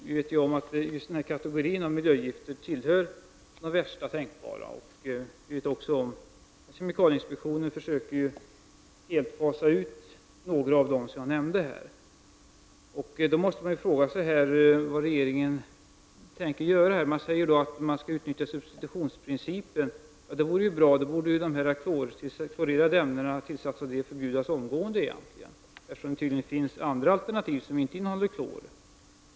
Vi vet att dessa kategorier miljögifter tillhör de värsta tänkbara. Vi vet också att kemikalieinspektionen försöker helt fasa ut några av de ämnen som jag nämnde här. Man måste då fråga sig vad regeringen tänker göra. Man säger att vi skall utnyttja substitutionsprincipen. Det vore bra. Då borde tillsatser av klorerade ämnen förbjudas omgående, eftersom det tydligen finns andra alternativ som inte innehåller klor.